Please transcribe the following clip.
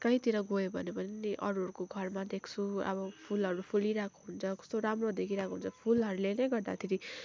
कहीँतिर गयो भने पनि नि अरूहरूको घरमा देख्छु अब फुलहरू फुलिरहेको हुन्छ कस्तो राम्रो देखिरहेको हुन्छ फुलहरूले नै गर्दाखेरि